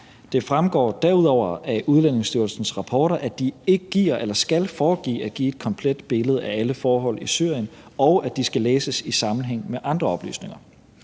Det fremgår derudover af Udlændingestyrelsens rapporter, at de ikke giver eller skal foregive at give et komplet billede af alle forhold i Syrien, og at de skal læses i sammenhæng med andre oplysninger.